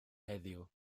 heddiw